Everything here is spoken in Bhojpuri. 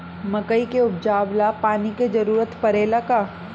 मकई के उपजाव ला पानी के जरूरत परेला का?